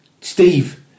Steve